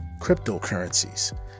cryptocurrencies